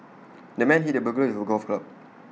the man hit the burglar with A golf club